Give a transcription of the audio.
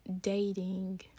Dating